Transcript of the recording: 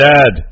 Dad